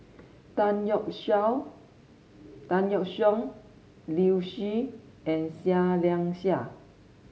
Tan Yeok Tan Yeok Seong Liu Si and Seah Liang Seah